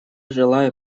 желаю